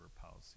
policy